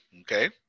okay